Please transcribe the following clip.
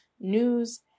news